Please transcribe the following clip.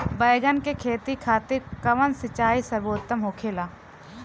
बैगन के खेती खातिर कवन सिचाई सर्वोतम होखेला?